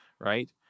Right